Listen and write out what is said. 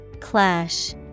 Clash